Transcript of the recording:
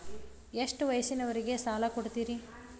ಎಷ್ಟ ವಯಸ್ಸಿನವರಿಗೆ ಸಾಲ ಕೊಡ್ತಿರಿ?